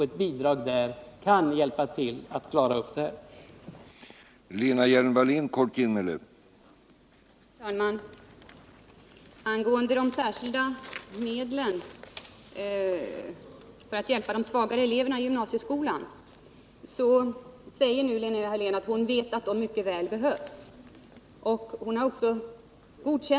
Ett bidrag skulle hjälpa till att klara upp den här situationen.